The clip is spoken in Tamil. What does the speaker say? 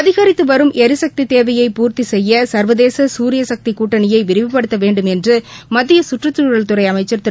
அதிகரித்து வரும் எரிசக்தித் தேவையை பூர்த்தி செய்ய சர்வதேச சூரியசக்தி கூட்டணியை விரிவுபடுத்த வேண்டும் என்று மத்திய கற்றுச்சூழல் துறை அமைச்சர் திரு